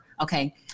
okay